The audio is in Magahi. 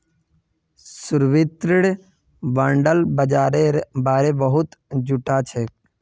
सावित्री बाण्ड बाजारेर बारे सबूत जुटाछेक